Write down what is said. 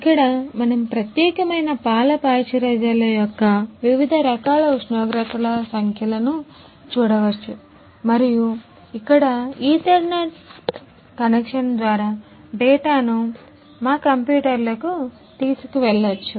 ఇక్కడ మనం ప్రత్యేకమైన పాల పాశ్చరైజర్ల యొక్క వివిధ రకాల ఉష్ణోగ్రతల సంఖ్యలను చూడవచ్చు మరియు ఇక్కడ నుండి ఈథర్నెట్ కనెక్షన్ల ద్వారా డేటాను మా కంప్యూటర్లకు తీసుకెళ్లవచ్చు